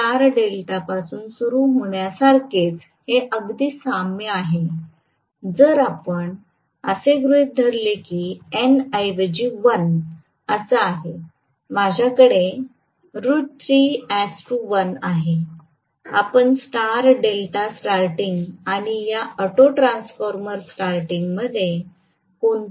तर स्टार डेल्टापासून सुरू होण्यासारखेच हे अगदी साम्य आहे जर आपण असे गृहीत धरले की n ऐवजी 1 असा आहे माझ्याकडे 1 आहे आपण स्टार डेल्टा स्टारटिंग आणि या ऑटो ट्रान्सफॉर्मर स्टारटिंग मध्ये कोणताही फरक पाहणार नाही